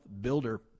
builder